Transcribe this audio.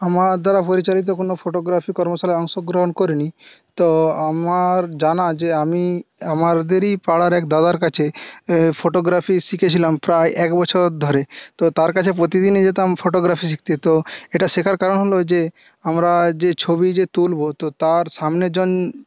আমার দ্বারা পরিচালিত কোনো ফটোগ্রাফি কর্মশালায় অংশগ্রহণ করিনি তো আমার জানা যে আমি আমাদেরই পাড়ার এক দাদার কাছে ফটোগ্রাফি শিখেছিলাম প্রায় এক বছর ধরে তো তার কাছে প্রতিদিনই যেতাম ফটোগ্রাফি শিখতে তো এটা শেখার কারণ হলো যে আমরা যে ছবি যে তুলবো তো তার সামনের জন